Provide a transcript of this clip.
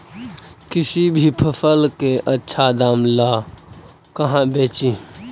किसी भी फसल के आछा दाम ला कहा बेची?